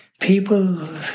people